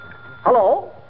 Hello